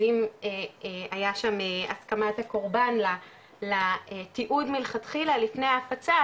אז אם היה שם הסכמת הקורבן לתיעוד מלכתחילה לפני ההפצה,